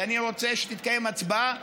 ואני רוצה שתתקיים הצבעה,